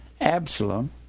Absalom